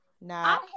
nah